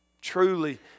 Truly